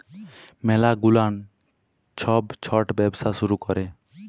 ম্যালা গুলান ছব ছট ব্যবসা শুরু ক্যরে